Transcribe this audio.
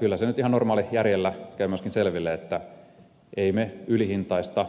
kyllä se nyt ihan normaalijärjellä käy myöskin selville että emme me ylihintaista